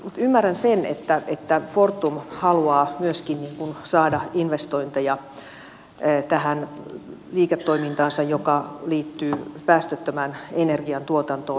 mutta ymmärrän sen että fortum haluaa myöskin saada investointeja tähän liiketoimintaansa joka liittyy päästöttömään energiantuotantoon